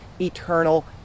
eternal